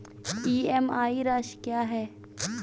EMI राशि क्या है?